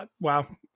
wow